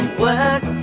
work